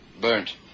Burnt